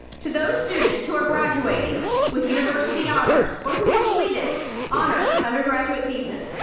to those students who are graduating with university honors or who completed honors undergraduate thesis,